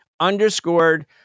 underscored